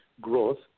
growth